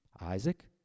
Isaac